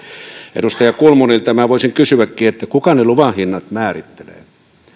edustaja kulmunilta minä voisin kysyäkin kuka ne luvan hinnat määrittelee te